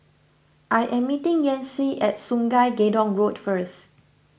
I am meeting Yancy at Sungei Gedong Road first